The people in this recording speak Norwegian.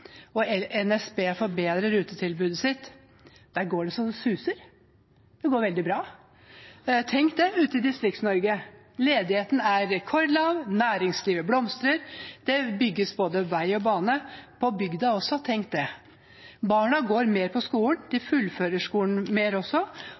hvor NSB forbedrer rutetilbudet sitt, der går det så det suser, det går veldig bra. Tenk det! Ute i Distrikts-Norge er ledigheten rekordlav, næringslivet blomstrer, det bygges både vei og bane, og på bygda også. Tenk det! Barna går mer på skolen, de